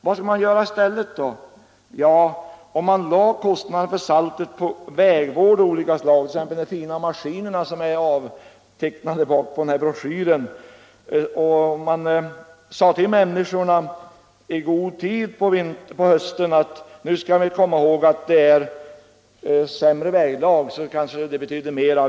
Vad skall man då göra i stället? Man kunde lägga de pengar saltet kostar på vägvård av olika slag, t.ex. de fina maskiner som finns bakpå den här broschyren. Man kunde i god tid på hösten säga till människorna att komma ihåg att det blir sämre väglag.